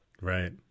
right